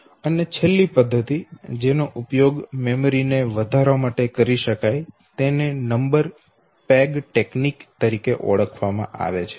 અને છેલ્લી પદ્ધતિ જેનો ઉપયોગ મેમરી ને વધારવા માટે કરી શકાય છે તેને નંબર પેગ તકનીક તરીકે ઓળખવામાં આવે છે